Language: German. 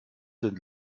sind